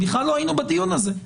בכלל לא היינו בדיון הזה.